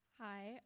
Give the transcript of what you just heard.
Hi